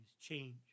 change